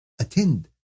attend